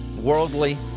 Worldly